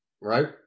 Right